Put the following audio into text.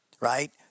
right